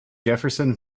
jefferson